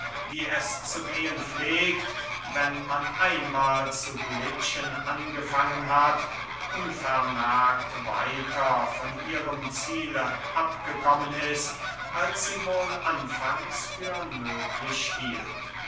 wie es zu gehen pflegt wenn man einmahl zu glitschen angefangen hat unvermerkt weiter von ihrem ziele abgekommen ist als sie wohl anfangs für möglich hielt